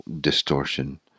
distortion